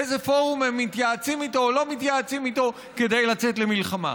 איזה פורום הם מתייעצים או לא מתייעצים כדי לצאת למלחמה.